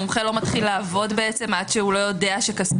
המומחה לא מתחיל לעבוד עד שהוא לא יודע שכספו מובטח.